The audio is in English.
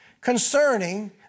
concerning